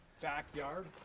backyard